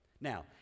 Now